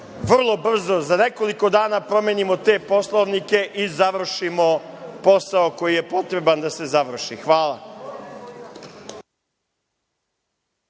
vrlo brzo, za nekoliko dana promenimo te poslovnike i završimo posao koji je potreban da se završi. Hvala.